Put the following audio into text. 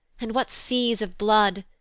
and what seas of blood!